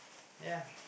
ya